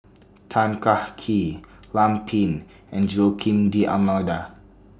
Tan Kah Kee Lam Pin and Joaquim D'almeida